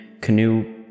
Canoe